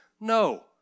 No